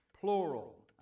plural